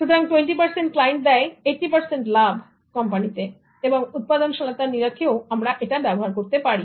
সুতরাং 20 ক্লাইন্ট দেয় 80 লাভ কোম্পানিতে এবং উৎপাদনশীলতার নিরিখেও আমরা ব্যবহার করতে পারি